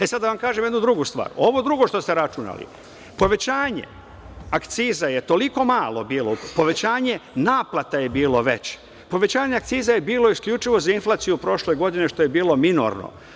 E, sad da vam kažem jednu drugu stvar, ovo drugo što ste računali, povećanje akciza je toliko malo bilo, povećanje naplata je bilo veće, povećanje akciza je bilo isključivo za inflaciju prošle godine, što je bilo minorno.